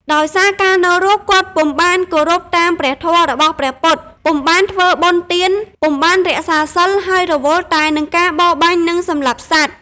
ដោយសារកាលនៅរស់ គាត់ពុំបានគោរពតាមព្រះធម៌របស់ព្រះពុទ្ធ ពុំបានធ្វើបុណ្យទាន ពុំបានរក្សាសីល ហើយរវល់តែនឹងការបរបាញ់ និងសម្លាប់សត្វ ។